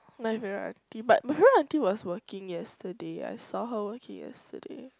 my favourite auntie but my favourite auntie was working yesterday I saw her working yesterday